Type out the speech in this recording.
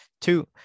Two